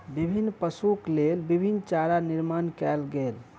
विभिन्न पशुक लेल विभिन्न चारा निर्माण कयल गेल